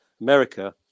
america